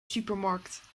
supermarkt